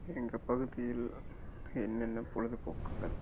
எங்கள் பகுதியில் என்னென்ன பொழுது போக்குகள்